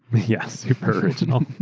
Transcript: yes, super original.